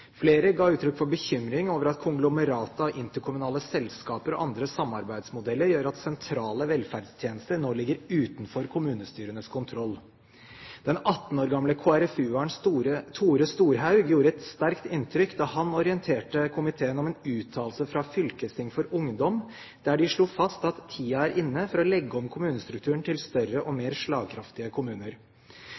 Flere ga uttrykk for bekymring over at konglomeratet av interkommunale selskaper og andre samarbeidsmodeller gjør at sentrale velferdstjenester nå ligger utenfor kommunestyrenes kontroll. Den 18 år gamle KrFU-eren Tore Storehaug gjorde et sterkt inntrykk da han orienterte komiteen om en uttalelse fra Fylkesting for ungdom der de slo fast at «tida er inne for å legge om kommunestrukturen til større og meir slagkraftige